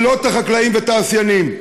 ולא את החקלאים והתעשיינים.